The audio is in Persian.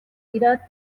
ایراد